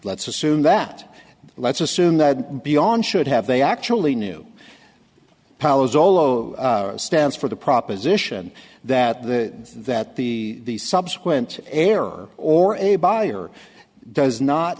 let's assume that let's assume that beyond should have they actually knew powers all over stands for the proposition that the that the subsequent error or a buyer does not